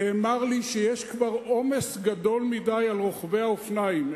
נאמר לי שיש כבר עומס גדול מדי על רוכבי האופניים,